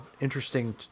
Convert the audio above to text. interesting